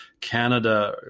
Canada